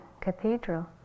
cathedral